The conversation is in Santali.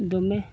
ᱫᱚᱢᱮ